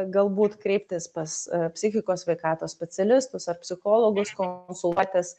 galbūt kreiptis pas psichikos sveikatos specialistus ar psichologus konsultuotis